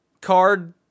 card